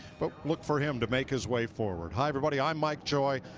but look for him to make his way forward. high, everybody, i am mike joy.